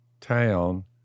town